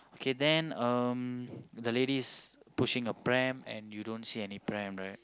okay then um the lady is pushing a pram and you don't see any pram right